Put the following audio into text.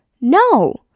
No